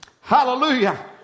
Hallelujah